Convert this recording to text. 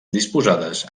disposades